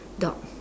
dog